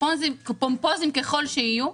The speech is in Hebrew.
פומפוזיים ככל שיהיו,